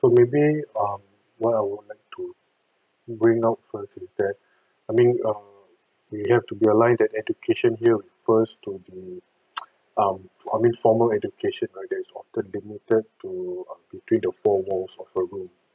so maybe um what I wanted to bring out first is that I mean um we have to be aligned that education here refers to the um I mean formal education that is often demoted to between the four walls of a room